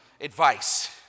advice